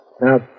Now